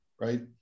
right